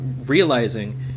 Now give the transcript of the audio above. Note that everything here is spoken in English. realizing